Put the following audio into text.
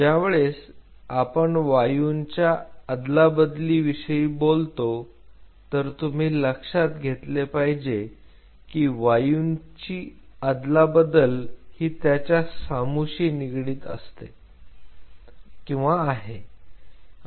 ज्यावेळेस आपण वायूंच्या आदलाबदली विषयी बोलतो तर तुम्ही लक्षात घेतले पाहिजे की वायूंची अदलाबदल ही त्याच्या सामुशी निगडित आहे